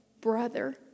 Brother